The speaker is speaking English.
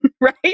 right